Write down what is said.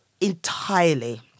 entirely